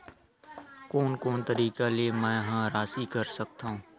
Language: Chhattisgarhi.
कोन कोन तरीका ले मै ह राशि कर सकथव?